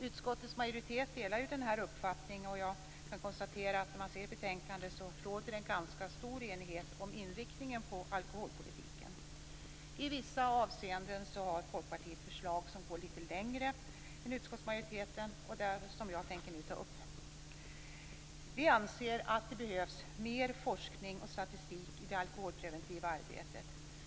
Utskottets majoritet delar denna uppfattning, och jag kan konstatera att det i betänkandet råder en ganska stor enighet om inriktningen på alkoholpolitiken. I vissa avseenden har Folkpartiet förslag som går litet längre än utskottsmajoritetens. Det är dessa som jag nu tänker ta upp. Vi anser att det behövs mer forskning och statistik i det alkoholpreventiva arbetet.